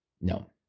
No